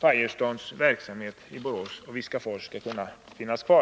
Firestones verksamhet i Borås och Viskafors skall kunna finnas kvar.